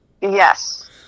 Yes